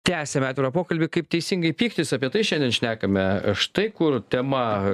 tęsiame atvirą pokalbį kaip teisingai pyktis apie tai šiandien šnekame štai kur tema